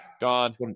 Gone